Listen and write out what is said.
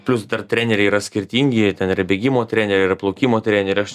plius dar treneriai yra skirtingi ten yra bėgimo treneriai yra plaukimo treneriai aš